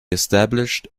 established